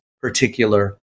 particular